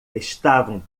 estavam